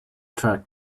track